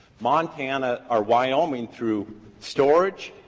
montana or wyoming, through storage,